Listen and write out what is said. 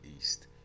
East